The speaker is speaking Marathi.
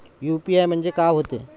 यू.पी.आय म्हणजे का होते?